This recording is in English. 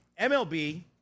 MLB